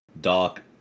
Doc